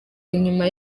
inyuma